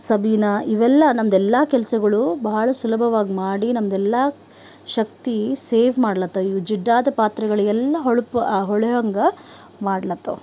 ಸಬೀನ ಇವೆಲ್ಲ ನಮ್ದೆಲ್ಲ ಕೆಲಸಗಳು ಬಹಳ ಸುಲಭವಾಗಿ ಮಾಡಿ ನಮ್ದೆಲ್ಲ ಶಕ್ತಿ ಸೇವ್ ಮಾಡ್ಲತ್ತವು ಈ ಜಿಡ್ಡಾದ ಪಾತ್ರೆಗಳು ಎಲ್ಲ ಹೊಳಪು ಹೊಳೆವಂಗೆ ಮಾಡ್ಲತ್ತವು